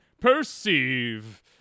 Perceive